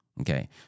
Okay